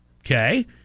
okay